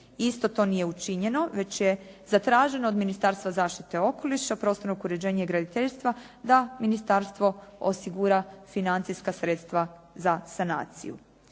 Isto to nije učinjeno već je zatraženo od Ministarstva zaštite okoliša, prostornog uređenja i graditeljstva da ministarstvo osigura financijska sredstva za sanaciju.